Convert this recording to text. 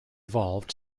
evolved